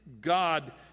God